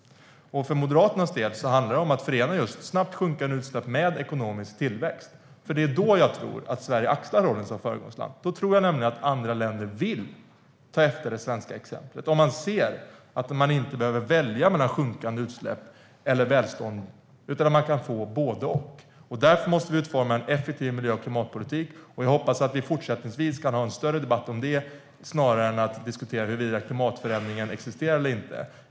För Moderaternas del handlar det om att förena snabbt sjunkande utsläpp med ekonomisk tillväxt. Det är då jag tror att Sverige kan axla rollen som föregångsland. Jag tror nämligen att andra länder vill ta efter det svenska exemplet om de ser att man inte behöver välja mellan sjunkande utsläpp eller välstånd utan att man kan få både och. Därför måste vi utforma en effektiv miljö och klimatpolitik. Jag hoppas att vi kan ha en större debatt om det i fortsättningen, snarare än att diskutera huruvida klimatförändringarna existerar eller inte.